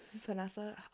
Vanessa